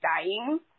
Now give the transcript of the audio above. dying